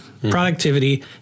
Productivity